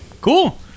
cool